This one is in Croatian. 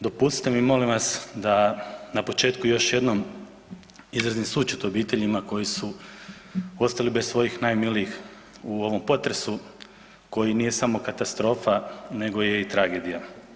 Dopustite mi molim vas da na početku još jednom izrazim sućut obiteljima koje su ostali bez svojih najmilijih u ovom potresu koji nije samo katastrofa nego je i tragedija.